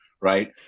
Right